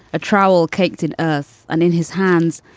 a trowel caked in earth, and in his hands,